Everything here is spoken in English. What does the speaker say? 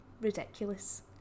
ridiculous